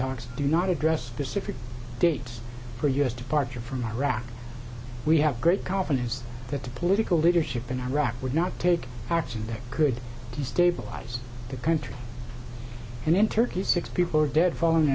talks do not address specific dates for u s departure from iraq we have great confidence that the political leadership in iraq would not take action that could destabilize the country and in turkey six people are dead following